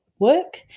work